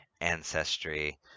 ancestry